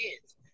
kids